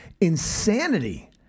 insanity